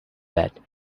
that